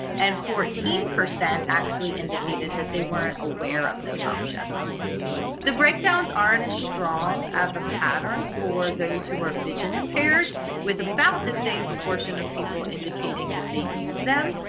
and fourteen percent actually indicated that they weren't aware of those options the breakdowns aren't as strong of a pattern for those who are vision impaired with about the same proportion of people indicating that they use them,